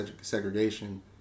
segregation